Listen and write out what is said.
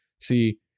See